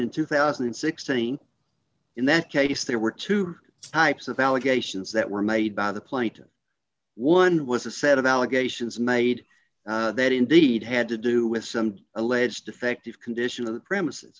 in two thousand and sixteen in that case there were two types of allegations that were made by the plaintiff one was a set of allegations made that indeed had to do with some alleged defective condition of the premises